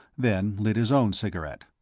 then lit his own cigarette.